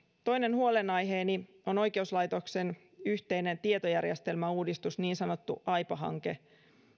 toinen huolenaiheeni on oikeuslaitoksen yhteinen tietojärjestelmäuudistus niin sanottu aipa hanke